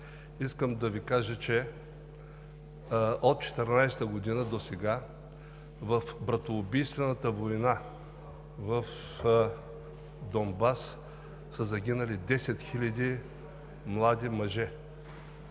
Искам да Ви кажа, че от 2014 г. досега в братоубийствената война в Донбас са загинали 10 хиляди млади мъже.